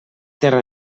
terra